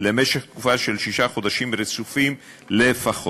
למשך תקופה של שישה חודשים רצופים לפחות.